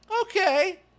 okay